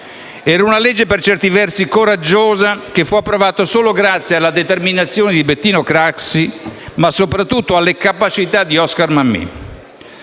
Era una legge per certi versi coraggiosa, che fu approvata solo grazie alla determinazione di Bettino Craxi e soprattutto alle capacità di Oscar Mammì: